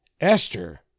Esther